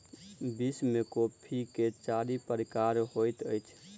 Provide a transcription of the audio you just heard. विश्व में कॉफ़ी के चारि प्रकार होइत अछि